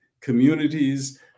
communities